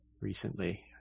recently